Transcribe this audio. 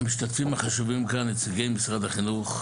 המשתתפים החשובים כאן נציגי משרד החינוך,